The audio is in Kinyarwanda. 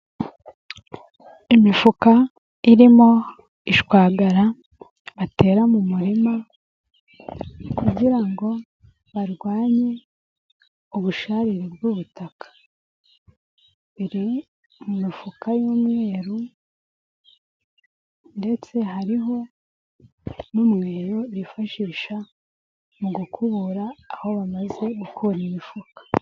Imifuka irimo ishwagara batera mu murima kugira ngo barwanye ubusharire bw'ubutaka, biri mu mifuka y'umweru ndetse hariho n'umweyo bifashisha mu gukubura aho bamaze gukura imifuka.